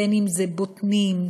בוטנים,